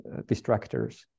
distractors